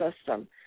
system